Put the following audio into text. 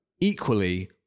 equally